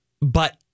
But-